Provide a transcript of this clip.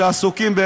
שעסוקים,